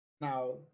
now